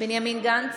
בנימין גנץ,